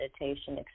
meditation